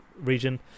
region